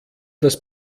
das